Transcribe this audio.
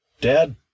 dad